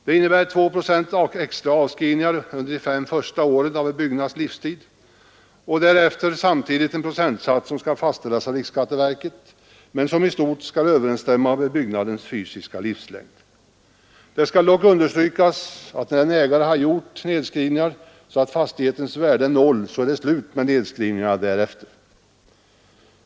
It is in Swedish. Det innebär 2 procent extra avskrivningar under de fem första åren av en byggnads livstid och därefter en procentsats som skall fastställas av riksskatteverket men som i stort skall överensstämma med byggnadens fysiska livslängd. Det skall dock understrykas, att när en ägare har gjort nedskrivningar, så att fastighetens värde är noll, så är det slut med nedskrivningarna därefter.